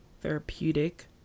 therapeutic